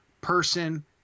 person